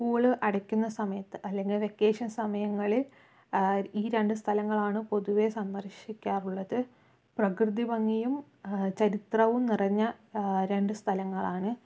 school അടയ്ക്കുന്ന സമയത്ത് അല്ലെങ്കിൽ വെക്കേഷൻ സമയങ്ങളിൽ ഈ രണ്ടു സ്ഥലങ്ങളാണ് പൊതുവേ സന്ദർശിക്കാറുള്ളത് പ്രകൃതിഭംഗിയും ചരിത്രവും നിറഞ്ഞ രണ്ട് സ്ഥലങ്ങളാണ്